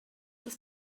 ist